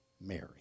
Mary